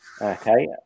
Okay